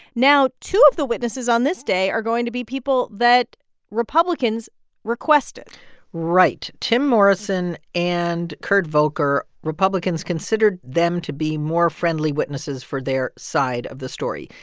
now two of the witnesses on this day are going to be people that republicans requested right. tim morrison and kurt volker republicans considered them to be more friendly witnesses for their side of the story.